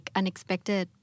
unexpected